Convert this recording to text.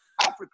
Africa